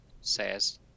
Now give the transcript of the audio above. says